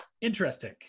Interesting